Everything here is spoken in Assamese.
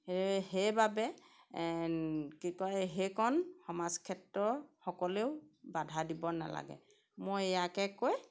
সেয়ে সেইবাবে কি কয় সেইকণ সমাজক্ষেত্ৰ সকলেও বাধা দিব নালাগে মই ইয়াকে কৈ